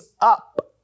up